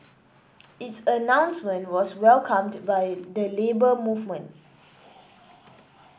its announcement was welcomed by the Labour Movement